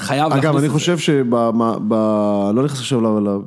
אתה חייב... אגב, אני חושב שבמה... ב... לא ללכת לחשוב עליו.